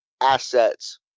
assets